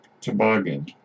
toboggan